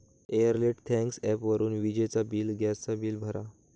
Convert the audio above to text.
Airtel thanks ॲपवरून विजेचा bill, gas चा बिल भरा